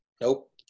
nope